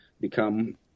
become